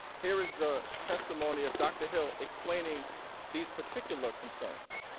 here is the testimony of dr. hill explaining these particular concerns.